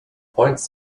points